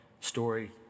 story